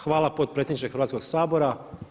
Hvala potpredsjedniče Hrvatskog sabora.